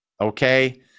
Okay